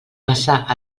passar